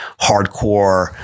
hardcore